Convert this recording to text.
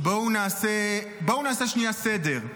בואו נעשה שנייה סדר.